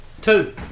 Two